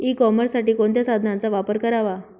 E कॉमर्ससाठी कोणत्या साधनांचा वापर करावा?